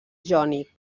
jònic